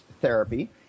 therapy